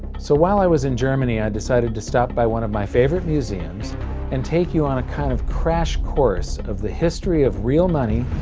so while i was in germany i decided to stop by one of my favorite museums and take you on a kind of crash course on the history of real money,